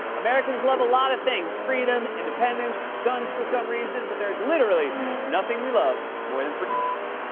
americans love a lot of things freedom, independence, guns, for some reason. but there's literally nothing we love more than free